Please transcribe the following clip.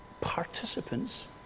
participants